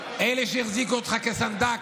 אלה שהחזיקו אותך כסנדק,